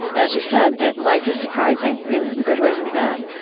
as you said, that life is surprising in good ways and bad.